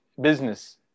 business